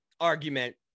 argument